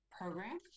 program